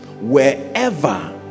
Wherever